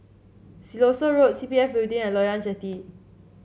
Siloso Road C P F Building and Loyang Jetty